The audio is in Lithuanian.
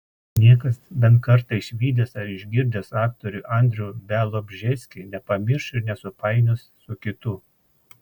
niekas bent kartą išvydęs ar išgirdęs aktorių andrių bialobžeskį nepamirš ir nesupainios su kitu